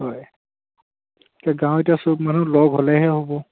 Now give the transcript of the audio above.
হয় এতিয়া গাঁৱৰ এতিয়া চব মানুহ লগ হ'লেহে হ'ব